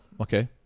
okay